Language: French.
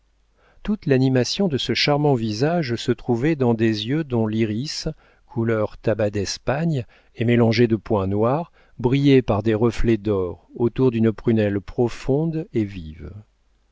toute l'animation de ce charmant visage se trouvait dans des yeux dont l'iris couleur tabac d'espagne et mélangé de points noirs brillait par des reflets d'or autour d'une prunelle profonde et vive